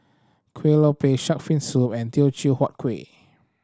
Kueh Lopes Shark's Fin Soup and Teochew Huat Kuih